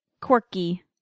quirky